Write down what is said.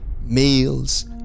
meals